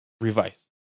revise